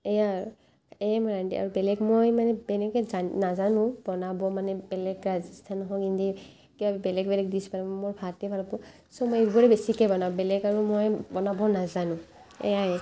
এইয়াই আৰু এয়ে মই ৰান্ধোঁ আৰু বেলেগ মই মানে এনেকৈ জানো নাজানো বনাব মানে বেলেগ ৰাজস্থান হওক এনেই কিবা বেলেগ বেলেগ ডিছ বনাব জানে মোৰ ভাতে ভাল পাওঁ ছ' মই এইবোৰেই বেছিকৈ বনাওঁ বেলেগ আৰু মই বনাব নাজানো এয়াই